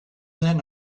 then